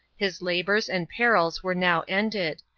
his labors and perils were now ended,